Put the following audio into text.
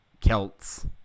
Celts